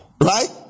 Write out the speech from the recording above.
Right